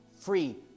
free